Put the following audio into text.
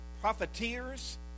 profiteers